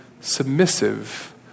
submissive